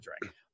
drink